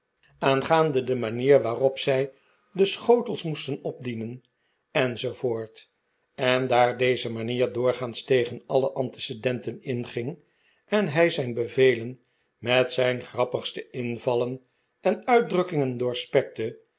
aangaande de manier waarop zij de schotels moesten opdienen enz en daar deze manier doorgaans tegen alle antecedenten inging en hij zijn bevelen met zijn grappigste invallen en uitdrukkingen